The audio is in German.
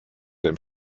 dem